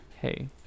hey